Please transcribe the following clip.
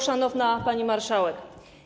Szanowna Pani Marszałek!